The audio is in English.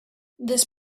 this